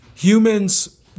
Humans